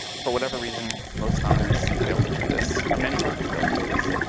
for whatever reason, most founders fail to do this, or many founders fail to do this.